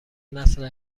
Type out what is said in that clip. نسل